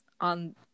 on